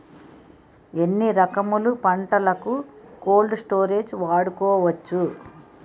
ఎన్ని రకములు పంటలకు కోల్డ్ స్టోరేజ్ వాడుకోవచ్చు?